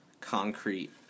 concrete